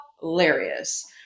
Hilarious